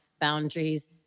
boundaries